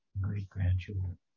great-grandchildren